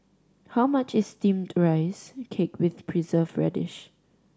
how much is Steamed Rice Cake with Preserved Radish